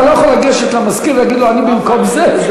אתה לא יכול לגשת למזכיר ולהגיד לו "אני במקום זה".